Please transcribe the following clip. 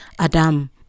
Adam